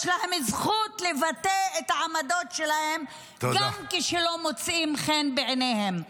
יש להם זכות לבטא את העמדות שלהם גם כשהן לא מוצאות חן בעיניהם.